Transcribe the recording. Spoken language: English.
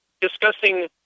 discussing